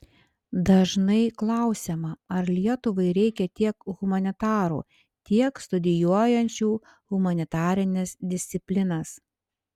dažnai klausiama ar lietuvai reikia tiek humanitarų tiek studijuojančių humanitarines disciplinas